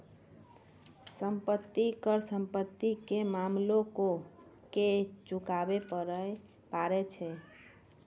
संपत्ति कर संपत्ति के मालिको के चुकाबै परै छै